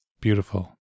beautiful